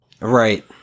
Right